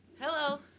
Hello